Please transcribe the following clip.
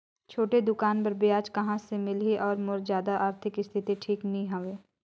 छोटे दुकान बर ब्याज कहा से मिल ही और मोर जादा आरथिक स्थिति ठीक नी हवे?